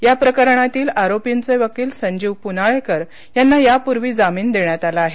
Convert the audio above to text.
या प्रकारणातील आरोपींचे वकील संजीव पुनाळेकर यांना यापूर्वी जामीन देण्यात आला आहे